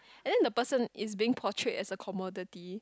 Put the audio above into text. then the person is being portrayed as a commodity